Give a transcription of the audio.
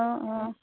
অঁ অঁ